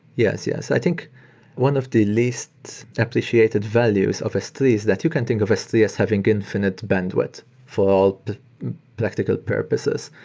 yes, yes. i think one of the least appreciated values of s three is that you can think of s three as having infinite bandwidth for all practical purposes.